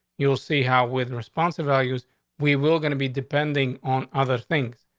you'll see how, with responsive values we will gonna be, depending on other things.